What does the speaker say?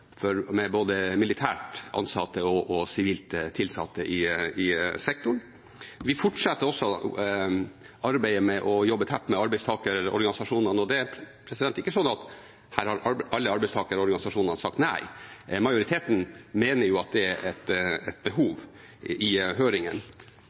med både militært og sivilt tilsatte i sektoren. Vi fortsetter også arbeidet med å jobbe tett med arbeidstakerorganisasjonene. Det er ikke sånn at her har alle arbeidstakerorganisasjonene sagt nei. Majoriteten i høringssvarene mener at det er et